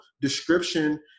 description